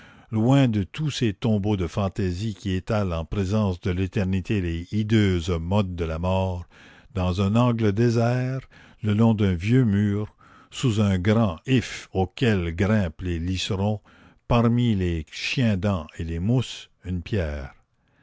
loin de tous ces tombeaux de fantaisie qui étalent en présence de l'éternité les hideuses modes de la mort dans un angle désert le long d'un vieux mur sous un grand if auquel grimpent les liserons parmi les chiendents et les mousses une pierre